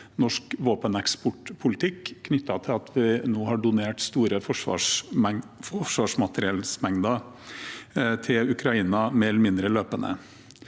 norsk våpeneksportpolitikk knyttet til at vi nå har donert store mengder forsvarsmateriell til Ukraina mer eller mindre løpende.